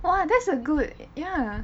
!wah! that's a good ya